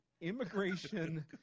Immigration